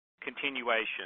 continuation